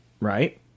right